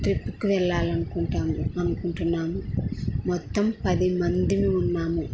ట్రిప్కి వెళ్ళాలనుకుంటాము అనుకుంటున్నాము మొత్తం పది మంది ఉన్నాము